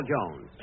Jones